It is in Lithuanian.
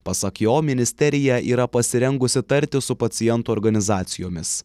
pasak jo ministerija yra pasirengusi tartis su pacientų organizacijomis